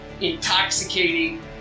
intoxicating